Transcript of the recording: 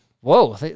Whoa